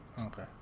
Okay